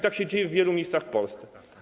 Tak się dzieje w wielu miejscach w Polsce.